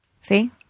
See